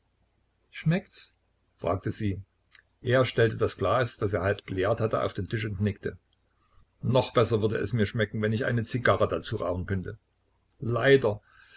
schmeckt's fragte sie er stellte das glas das er halb geleert hatte auf den tisch und nickte noch besser würde es mir schmecken wenn ich eine zigarre dazu rauchen könnte leider